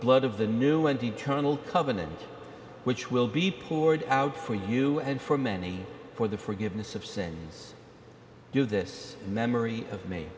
blood of the new and eternal covenant which will be poured out for you and for many for the forgiveness of sins do this in memory of me